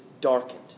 darkened